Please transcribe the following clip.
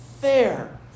fair